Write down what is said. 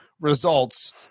results